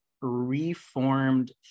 reformed